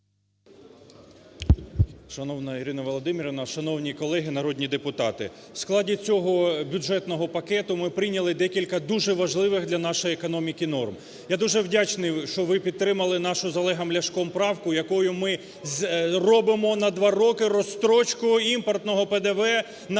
Шановні Ірина Володимирівна, шановні колеги народні депутати! В складі цього бюджетного пакету ми прийняли декілька дуже важливих для нашої економіки норм. Я дуже вдячний, що ви підтримали нашу з Олегом Ляшком правку, якою ми робимо на два роки розстрочку імпортного ПДВ на